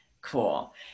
Cool